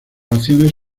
acciones